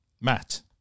Matt